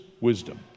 wisdom